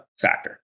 factor